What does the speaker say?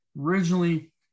Originally